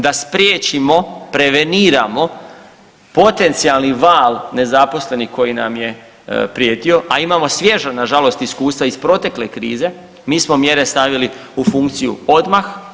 Da spriječimo, preveniramo potencijalni val nezaposlenih koji nam je prijetio, a imamo svježa nažalost iskustva iz protekle krize, mi smo mjere stavili u funkciju odmah.